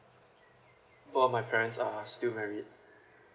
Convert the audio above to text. both of my parents are still married